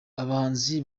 abahanzi